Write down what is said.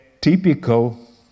typical